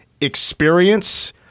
Experience